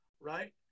right